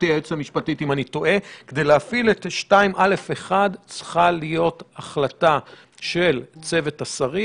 את 2(א)(1) צריכה להיות החלטה של צוות השרים